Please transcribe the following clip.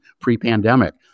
pre-pandemic